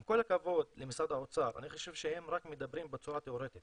עם כל הכבוד למשרד האוצר אני חושב שהם רק מדברים בצורה תיאורטית